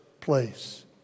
place